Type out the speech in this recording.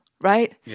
right